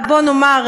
בואו נאמר,